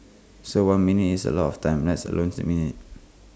so one minute is A lot of time let alone six minutes